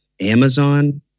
Amazon